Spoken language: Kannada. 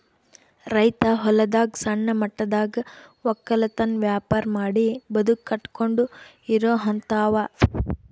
ರೈತ್ ಹೊಲದಾಗ್ ಸಣ್ಣ ಮಟ್ಟದಾಗ್ ವಕ್ಕಲತನ್ ವ್ಯಾಪಾರ್ ಮಾಡಿ ಬದುಕ್ ಕಟ್ಟಕೊಂಡು ಇರೋಹಂತಾವ